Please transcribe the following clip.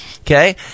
Okay